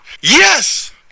yes